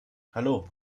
hallo